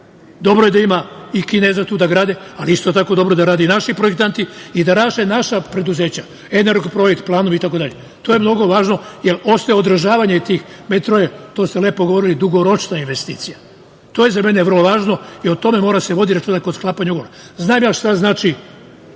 dobro je da ima i Kineza tu da grade, ali, isto tako, dobro je da rade i naši projektanti i da rade naša preduzeća – „Energoprojekt“, „Planovi“, itd. To je mnogo važno, jer ostaje održavanje. Metro je, to ste lepo govorili, dugoročna investicija. To je za mene vrlo važno i o tome treba da se vodi računa kod sklapanja ugovora. Znam ja šta to znači.